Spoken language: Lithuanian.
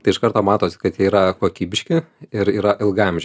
tai iš karto matosi kad jie yra kokybiški ir yra ilgaamžiai